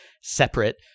separate